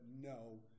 no